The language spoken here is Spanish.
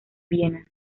viena